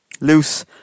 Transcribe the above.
loose